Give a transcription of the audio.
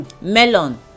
Melon